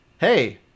hey